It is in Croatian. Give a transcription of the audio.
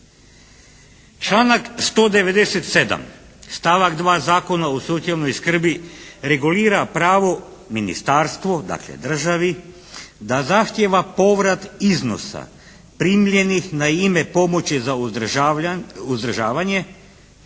članak 197. stavak 2. Zakona o socijalnoj skrbi regulira pravo ministarstvu, dakle državi da zahtijeva povrat iznosa primljenih na ime pomoći za uzdržavanje